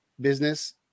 business